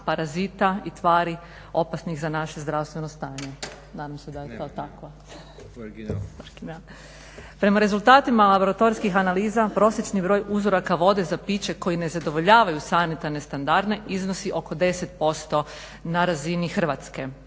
parazita i tvari opasnih za naše zdravstveno stanje. Nadam se da je to tako. Prema rezultatima laboratorijskih analiza prosječni broj uzoraka vode za piće koji ne zadovoljavaju sanitarne standarde iznosi oko 10% na razini Hrvatske,